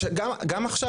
גם עכשיו,